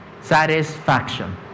satisfaction